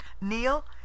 neil